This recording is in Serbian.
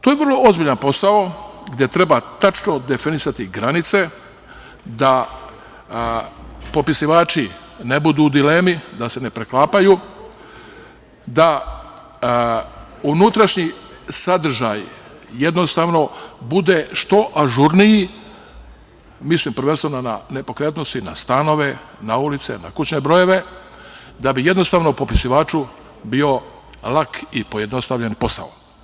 To je vrlo ozbiljan posao gde treba tačno definisati granice, da popisivači ne budu u dilemi, da se me preklapaju, da unutrašnji sadržaj jednostavno bude što ažurniji, mislim prvenstveno na nepokretnosti, na stanove, na ulice, na kućne brojeve, da bi jednostavno popisivaču bio lak i pojednostavljen posao.